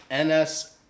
NS